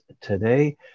Today